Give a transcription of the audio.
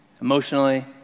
emotionally